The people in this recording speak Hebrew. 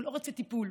הוא לא רוצה טיפול.